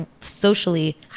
socially